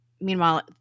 Meanwhile